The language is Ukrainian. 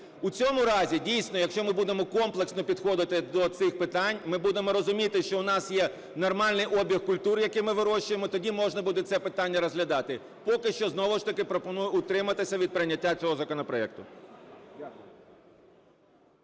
У цьому разі, дійсно, якщо ми будемо комплексно підходити до цих питань, ми будемо розуміти, що у нас є нормальний обіг культур, які ми вирощуємо. Тоді можна буде це питання розглядати. Поки що знову ж таки пропоную утриматися від прийняття цього законопроекту.